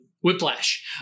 Whiplash